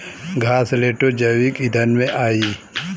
घासलेटो जैविक ईंधन में आई